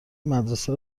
مدرسه